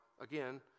again